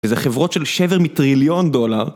וזה חברות של שבר מטריליון דולר.